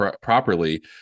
properly